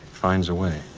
finds a way.